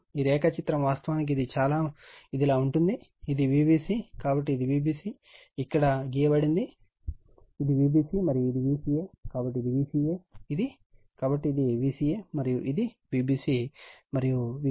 ఈ రేఖాచిత్రం వాస్తవానికి ఇది ఇలా ఉంటుంది ఇది నా Vbc కాబట్టి ఇది Vbc ఇది ఇక్కడ డ్రా చేయబడింది ఇది Vbc మరియు ఇది Vca కాబట్టి ఇది Vca ఇది కాబట్టి ఇది Vca మరియు ఇది Vbc మరియు Vbc